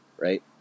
Right